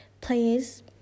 please